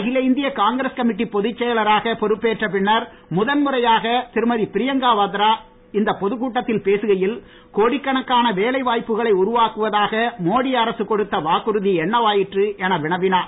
அகில இந்திய காங்கிரஸ் கமிட்டிப் பொதுச் செயலராக பொறுப்பேற்ற பின்னர் முதல் முறையாக திருமதி பிரியங்கா வாத்ரா இந்தப் பொதுக் கூட்டத்தில் பேசுகையில் கோடிக்கணக்கான வேலை வாய்ப்புக்களை உருவாக்குவதாக மோடி அரசு கொடுத்த வாக்குறுதி என்னவாயிற்று என வினவினார்